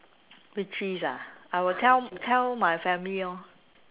victories ah I will tell tell my family lor